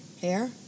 hair